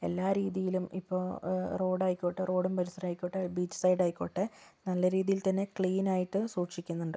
അവർ എല്ലാ രീതിയിലും ഇപ്പോൾ റോഡായിക്കോട്ടെ റോഡും പരിസരമായിക്കോട്ടെ ബീച്ച് സൈഡായിക്കോട്ടെ നല്ല രീതിയിൽ തന്നെ ക്ലീനായിട്ട് സൂക്ഷിക്കുന്നുണ്ട്